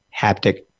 haptic